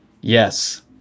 yes